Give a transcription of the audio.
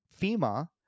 FEMA